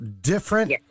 different